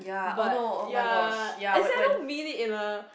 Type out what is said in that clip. but ya as in I don't mean in a